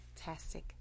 fantastic